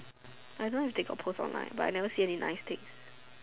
I don't know if they got post online but I never see until any nice things